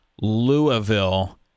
Louisville